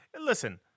listen